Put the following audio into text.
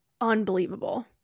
unbelievable